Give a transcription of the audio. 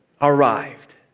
arrived